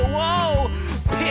whoa